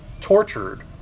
tortured